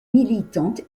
militante